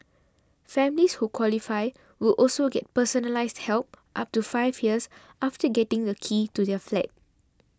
families who qualify will also get personalised help up to five years after getting the keys to their flat